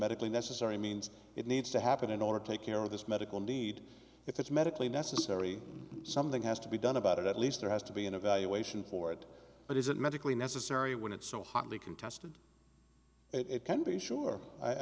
medically necessary means it needs to happen in order to take care of this medical need if it's medically necessary something has to be done about it at least there has to be an evaluation for it but is it medically necessary when it's so hotly contested it can be sure i